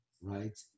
right